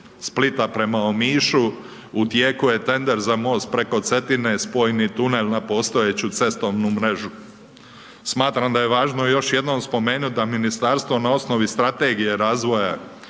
Splita prema Omišu, u tijeku je tender za most preko Cetine, spojni tunel na postojeću cestovnu mrežu. Smatram da je važno još jednom spomenut da Ministarstvo na osnovi Strategije razvoja